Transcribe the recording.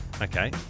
Okay